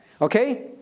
Okay